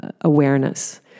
awareness